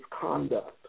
conduct